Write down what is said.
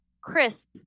crisp